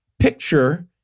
picture